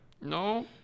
no